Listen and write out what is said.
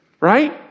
right